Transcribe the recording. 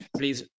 please